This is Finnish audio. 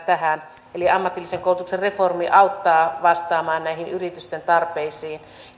tähän eli ammatillisen koulutuksen reformi auttaa vastaamaan näihin yritysten tarpeisiin